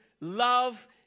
love